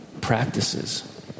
practices